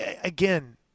again